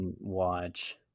watch